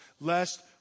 lest